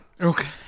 Okay